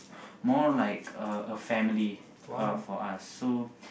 more like a a family uh for us so